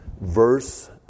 verse